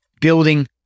building